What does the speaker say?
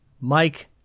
Mike